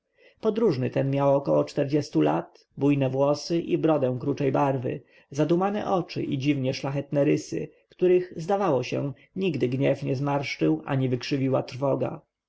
podróżny ten miał około czterdziestu lat bujne włosy i brodę kruczej barwy zadumane oczy i dziwnie szlachetne rysy których zdawało się nigdy gniew nie marszczył ani wykrzywiła trwoga